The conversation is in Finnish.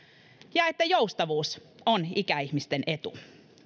ja että joustavuus on ikäihmisten etu